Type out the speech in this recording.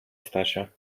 stasia